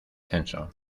censo